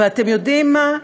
ואתם יודעים מה,